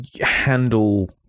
handle